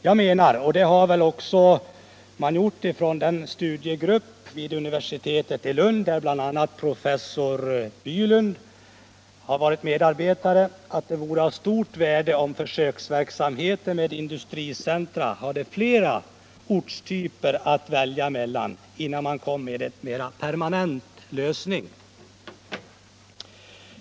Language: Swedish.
Jag menar, och det har också den studiegrupp från universitetet i Umeå där bl.a. professor Bylund varit medarbetare gjort, att det vore av stort värde om man i försöksverksamheten med industricentra hade flera ortstyper att välja mellan innan man genomför en mera permanent lösning.